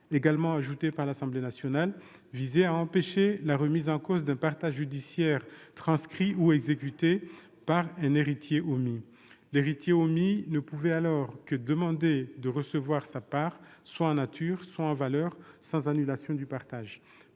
également ajouté par l'Assemblée nationale, visait à empêcher la remise en cause, par un héritier omis, d'un partage judiciaire transcrit ou exécuté. L'héritier omis ne pouvait alors que « demander de recevoir sa part, soit en nature, soit en valeur, sans annulation du partage